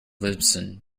lisbon